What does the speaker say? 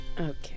Okay